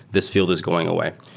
this field is going away.